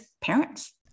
parents